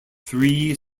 three